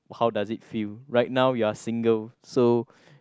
how does it feel right now you're single so